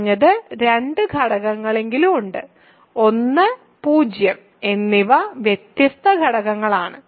കുറഞ്ഞത് രണ്ട് ഘടകങ്ങളെങ്കിലും ഉണ്ട് 1 0 എന്നിവ വ്യത്യസ്ത ഘടകങ്ങളാണ്